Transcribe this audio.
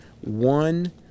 one